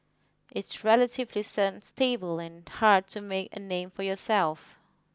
it's relatively seems stable and hard to make a name for yourself